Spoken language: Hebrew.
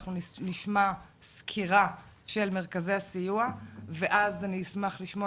אנחנו נשמע סקירה של מרכזי הסיוע ואז אני אשמח לשמוע